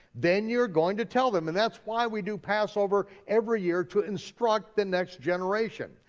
then you're going to tell them. and that's why we do passover every year to instruct the next generation.